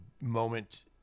moment